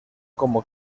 como